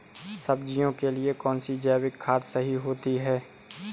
सब्जियों के लिए कौन सी जैविक खाद सही होती है?